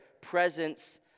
presence